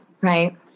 right